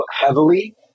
heavily